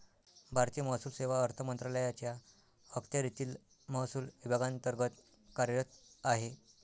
भारतीय महसूल सेवा अर्थ मंत्रालयाच्या अखत्यारीतील महसूल विभागांतर्गत कार्यरत आहे